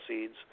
seeds